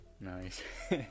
Nice